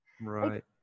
right